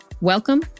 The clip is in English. welcome